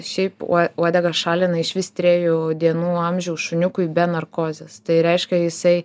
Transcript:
šiaip uo uodegą šalina išvis trejų dienų amžiaus šuniukui be narkozės tai reiškia jisai